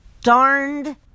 darned